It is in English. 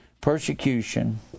persecution